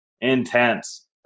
intense